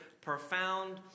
profound